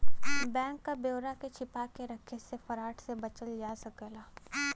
bank क ब्यौरा के छिपा के रख से फ्रॉड से बचल जा सकला